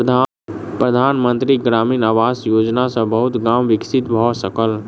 प्रधान मंत्री ग्रामीण आवास योजना सॅ बहुत गाम विकसित भअ सकल